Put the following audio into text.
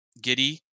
Giddy